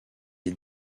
les